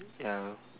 ya